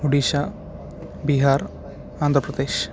Odisha Bihar Andhra Pradesh